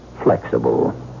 flexible